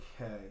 Okay